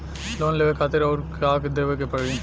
Loan लेवे खातिर अउर का देवे के पड़ी?